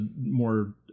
more